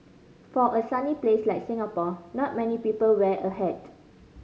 for a sunny place like Singapore not many people wear a hat